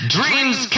Dreams